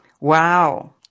Wow